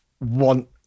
want